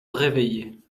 réveillait